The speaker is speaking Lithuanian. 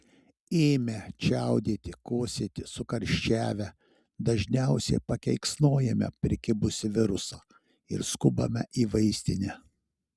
ėmę čiaudėti kosėti sukarščiavę dažniausiai pakeiksnojame prikibusį virusą ir skubame į vaistinę